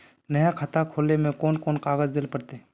नया खाता खोले में कौन कौन कागज देल पड़ते?